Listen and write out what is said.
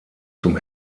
zum